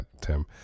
Tim